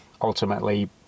Ultimately